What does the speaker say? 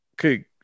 okay